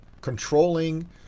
controlling